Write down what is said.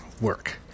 work